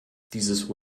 dieses